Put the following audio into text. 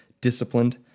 disciplined